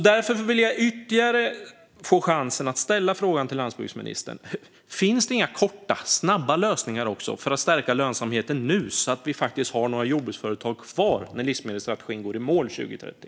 Därför vill jag ytterligare en gång ta chansen att ställa frågan till landsbygdsministern: Finns det inga korta och snabba lösningar för att stärka lönsamheten även nu, så att vi har några jordbruksföretag kvar när livsmedelsstrategin går i mål 2030?